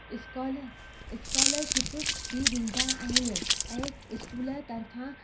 स्कॉल scholarship बि ॾींदा आहिनि ऐं स्कूल तरफ़ां